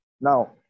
Now